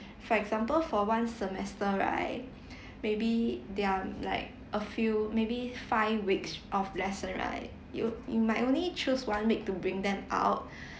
for example for one semester right maybe there are like a few maybe five weeks of lesson right you you might only choose one week to bring them out